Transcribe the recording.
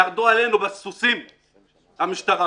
המשטרה